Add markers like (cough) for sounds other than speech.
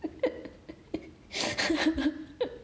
(laughs)